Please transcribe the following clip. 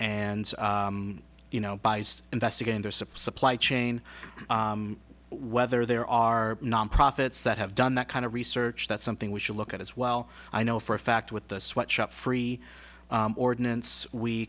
and you know buys investigated their supply chain whether there are non profits that have done that kind of research that's something we should look at as well i know for a fact with the sweat shop free ordinance we